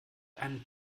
einen